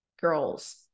girls